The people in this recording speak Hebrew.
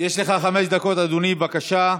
יש לך חמש דקות, אדוני, בבקשה.